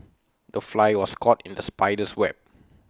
the fly was caught in the spider's web